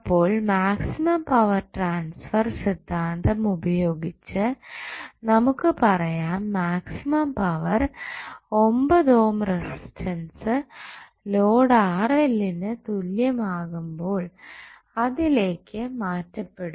അപ്പോൾ maximum power transfer സിദ്ധാന്തം ഉപയോഗിച്ച് നമുക്ക് പറയാം maximum power 9 ohm resistance load നു തുല്യം ആകുമ്പോൾ അതിലേക്ക് മാറ്റപ്പെടും